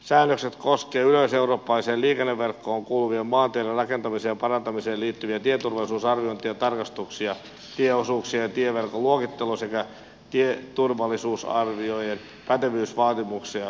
säännökset koskevat yleiseurooppalaiseen liikenneverkkoon kuuluvien maanteiden rakentamiseen ja parantamiseen liittyviä tieturvallisuusarviointeja ja tarkastuksia tieosuuksien ja tieverkon luokittelua sekä tieturvallisuusarvioijien pätevyysvaatimuksia ja koulutusta